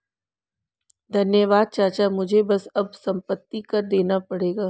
धन्यवाद चाचा मुझे बस अब संपत्ति कर देना पड़ेगा